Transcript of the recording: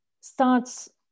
starts